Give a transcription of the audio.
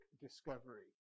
discovery